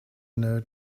know